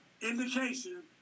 indication